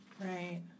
Right